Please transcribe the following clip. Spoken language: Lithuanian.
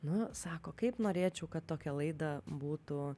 nu sako kaip norėčiau kad tokia laida būtų